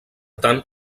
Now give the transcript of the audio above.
tant